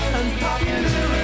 unpopular